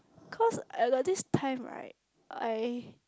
cause I got this time right I